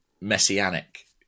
messianic